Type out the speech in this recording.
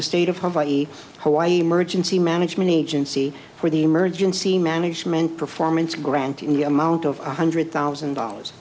the state of hawaii hawaii emergency management agency for the emergency management performance granting the amount of one hundred thousand dollars